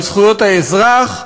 על זכויות האזרח,